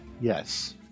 Yes